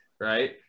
right